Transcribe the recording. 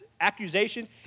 accusations